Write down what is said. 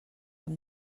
amb